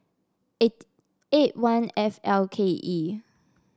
eight eight one F L K E